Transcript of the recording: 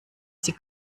sie